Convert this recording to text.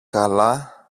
καλά